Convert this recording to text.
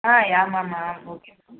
ஆ yeah ma'am நல்லாருக்கோம் okay ma'am